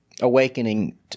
Awakening